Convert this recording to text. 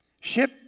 ship